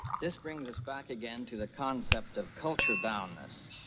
this brings us back again to the concept of culture boundness.